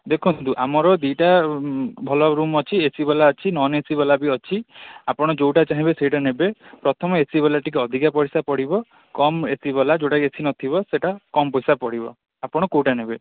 ଦେଖନ୍ତୁ ଆମର ଦୁଇଟା ରୁମ୍ ଭଲ ରୁମ୍ ଅଛି ଏ ସି ବାଲା ଅଛି ନନ୍ ଏ ସି ବାଲାବି ଅଛି ଆପଣ ଯେଉଁଟା ଚାହିଁବେ ସେଇଟା ନେବେ ପ୍ରଥମେ ଏ ସି ବାଲା ଟିକେ ଅଧିକା ପଇସା ପଡ଼ିବ କମ୍ ଏ ସି ବାଲା ଯେଉଁଟାକି ଏ ସି ନଥିବ ସେଇଟା କମ୍ ପଇସା ପଡ଼ିବ ଆପଣ କେଉଁଟା ନେବେ